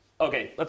okay